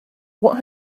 what